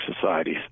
societies